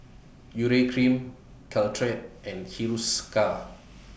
Urea Cream Caltrate and Hiruscar